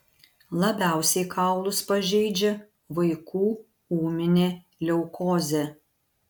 labiausiai kaulus pažeidžia vaikų ūminė leukozė